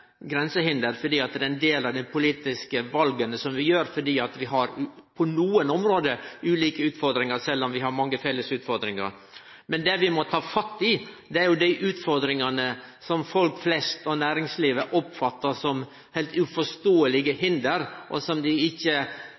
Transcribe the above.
grensehinder fordi dei er ein del av dei politiske vala vi gjer fordi vi på nokre område har ulike utfordringar, sjølv om vi har mange felles utfordringar. Men det vi må ta fatt i, er dei utfordringane som folk flest og næringslivet oppfattar som heilt uforståelege hinder, og som ikkje